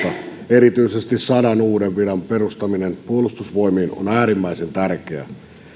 erityisesti sadan uuden viran perustaminen puolustusvoimiin on äärimmäisen tärkeää